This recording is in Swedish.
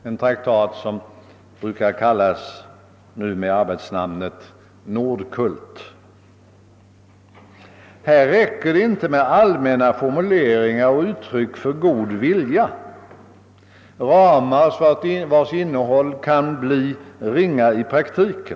Den ifrågavarande traktaten brukar beteck nas med arbetsnamnet Nordkult. Här räcker det inte med allmänna formuleringar och uttryck för god vilja — ramar vilkas innehåll kan bli ringa i praktiken.